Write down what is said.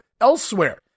elsewhere